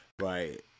Right